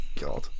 God